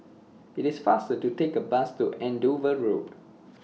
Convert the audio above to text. IT IS faster to Take The Bus to Andover Road